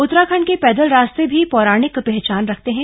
उत्तराखंड के पैदल रास्ते भी पौराणिक पहचान रखते है